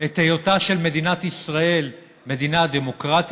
את היותה של מדינת ישראל מדינה דמוקרטית,